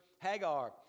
Hagar